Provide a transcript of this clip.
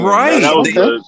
right